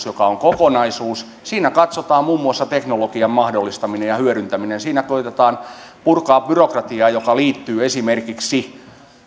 joka on kokonaisuus katsotaan muun muassa teknologian mahdollistaminen ja hyödyntäminen ja siinä koetetaan purkaa byrokratiaa joka liittyy esimerkiksi